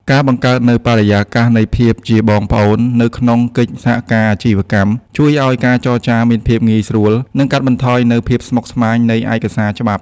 ការបង្កើតនូវបរិយាកាសនៃ "ភាពជាបងប្អូន" នៅក្នុងកិច្ចសហការអាជីវកម្ម ជួយឱ្យការចរចាមានភាពងាយស្រួល និងកាត់បន្ថយនូវភាពស្មុគស្មាញនៃឯកសារច្បាប់។